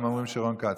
הם אומרים שרון כץ.